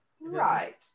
right